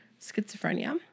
schizophrenia